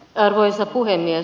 arvoisa puhemies